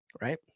right